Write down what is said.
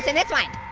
this one?